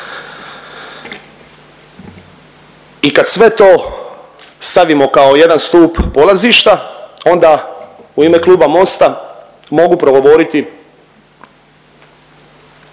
I kad sve to stavimo kao jedan stup polazišta onda u ime Kluba Mosta mogu progovoriti